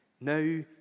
Now